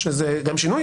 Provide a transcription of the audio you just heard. שזה גם שינוי.